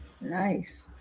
Nice